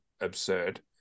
absurd